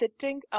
sitting